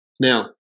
Now